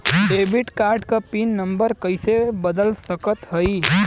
Debit card क PIN number कइसे बदल सकत हई?